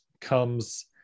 comes